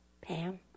Pam